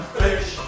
fish